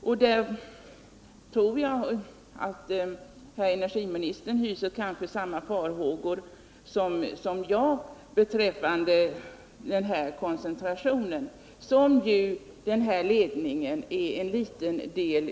Jag tror att energiministern hyser samma farhågor som jag om den koncentration som den här ledningen kan bidra till.